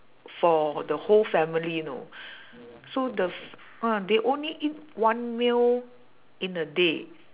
for the whole family you know so the f~ ah they only eat one meal in a day